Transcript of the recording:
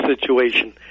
situation